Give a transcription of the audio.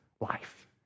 life